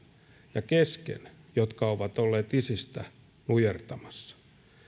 ja kesken jotka ovat olleet isistä nujertamassa